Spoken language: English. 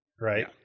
right